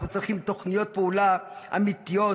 אנחנו צריכים תוכניות פעולה אמיתיות,